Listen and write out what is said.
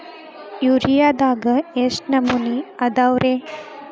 ಯೂರಿಯಾದಾಗ ಎಷ್ಟ ನಮೂನಿ ಅದಾವ್ರೇ?